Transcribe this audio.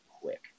quick